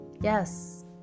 Yes